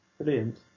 Brilliant